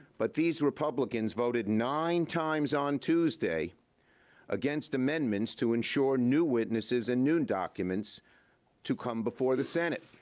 but these republicans voted nine times on tuesday against amendments to ensure new witnesses and new documents to come before the senate.